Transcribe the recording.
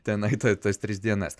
tenai ta tas tris dienas